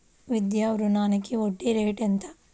విద్యా రుణానికి వడ్డీ రేటు ఎంత?